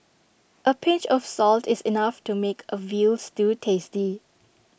A pinch of salt is enough to make A Veal Stew tasty